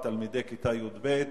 תלמידי כיתה י"ב,